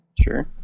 Sure